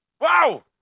Wow